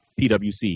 PWC